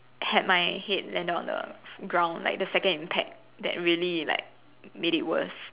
had my head landed on the ground like the second impact that really like made it worse